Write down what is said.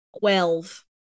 Twelve